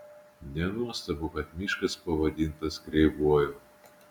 nenuostabu kad miškas pavadintas kreivuoju